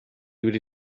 wedi